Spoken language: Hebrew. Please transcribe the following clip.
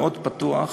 מאוד פתוח,